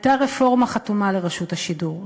הייתה רפורמה חתומה לרשות השידור,